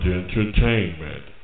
entertainment